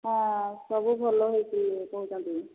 ହଁ ସବୁ ଭଲ ହୋଇଛି କହୁଛନ୍ତି